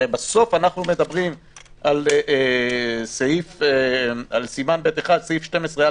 הרי בסוף אנחנו מדברים על סימן ב'1, סעיף 12א,